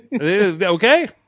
Okay